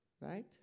right